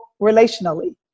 Relationally